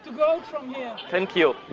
to go from here thank you